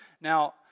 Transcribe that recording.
Now